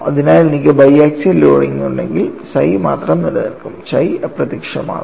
അതിനാൽ എനിക്ക് biaxial loading ഉണ്ടെങ്കിൽ psi മാത്രം നിലനിൽക്കും chi അപ്രത്യക്ഷമാകുന്നു